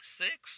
six